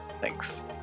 thanks